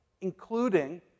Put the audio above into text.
Including